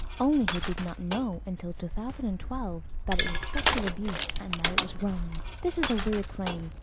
only he did not know until two thousand and twelve, that it was sexual abuse, and that it was wrong. this is a weird claim,